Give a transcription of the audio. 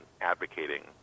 advocating